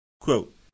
Quote